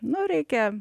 nu reikia